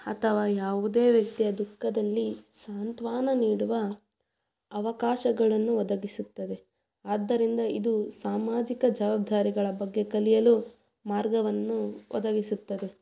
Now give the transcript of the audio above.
ಅಥವಾ ಯಾವುದೇ ವ್ಯಕ್ತಿಯ ದುಃಖದಲ್ಲಿ ಸಾಂತ್ವನ ನೀಡುವ ಅವಕಾಶಗಳನ್ನು ಒದಗಿಸುತ್ತದೆ ಆದ್ದರಿಂದ ಇದು ಸಾಮಾಜಿಕ ಜವಾಬ್ದಾರಿಗಳ ಬಗ್ಗೆ ಕಲಿಯಲು ಮಾರ್ಗವನ್ನು ಒದಗಿಸುತ್ತದೆ